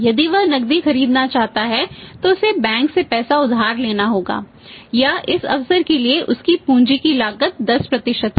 यदि वह नकदी खरीदना चाहता है तो उसे बैंक से पैसा उधार लेना होगा या इस अवसर के लिए उसकी पूंजी की लागत 10 है